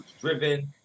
driven